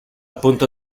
punto